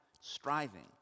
striving